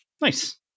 Nice